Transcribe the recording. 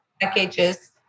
packages